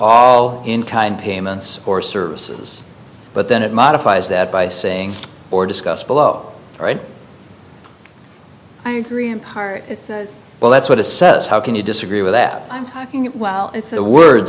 all in kind payments or services but then it modifies that by saying or discussed below right i agree in part as well that's what a says how can you disagree with that i'm talking it well is the word